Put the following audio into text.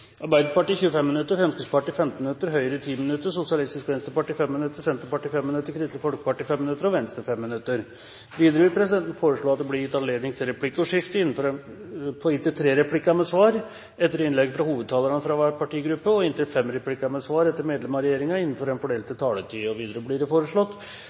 Arbeiderpartiet 25 minutter, Fremskrittspartiet 15 minutter, Høyre 10 minutter, Sosialistisk Venstreparti 5 minutter, Senterpartiet 5 minutter, Kristelig Folkeparti 5 minutter og Venstre 5 minutter. Videre vil presidenten foreslå at det blir gitt anledning til replikkordskifte på inntil tre replikker med svar etter innlegg fra hovedtalerne for hver partigruppe og inntil fem replikker med svar etter innlegg fra medlem av regjeringen innenfor den fordelte taletid. Videre blir det foreslått